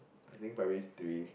I think primary three